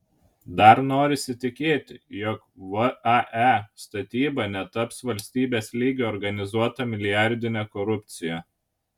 dar norisi tikėti jog vae statyba netaps valstybės lygiu organizuota milijardine korupcija